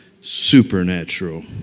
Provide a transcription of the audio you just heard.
supernatural